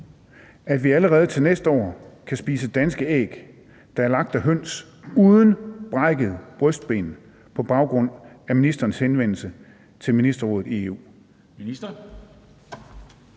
at vi allerede til næste år kan spise danske æg, der er lagt af høns uden brækkede brystben, på baggrund af ministerens henvendelse til Ministerrådet i EU?